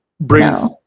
bring